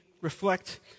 reflect